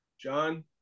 John